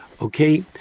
Okay